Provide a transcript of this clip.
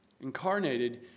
incarnated